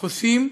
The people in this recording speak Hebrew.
חוסים,